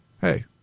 hey